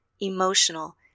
emotional